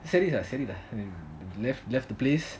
சேரி சேர்ல:seri serila left the place